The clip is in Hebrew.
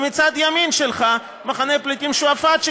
ומצד ימין שלך מחנה הפליטים שועפאט,